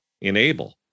enable